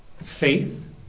Faith